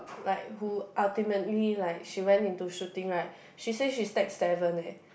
like who ultimately like she went into shooting right she say she stack seven leh